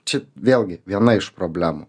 čia vėlgi viena iš problemų